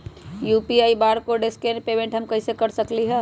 UPI barcode scan payment हम कईसे कर सकली ह?